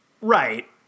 right